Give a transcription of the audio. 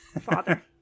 father